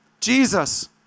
Jesus